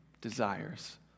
desires